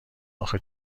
آخه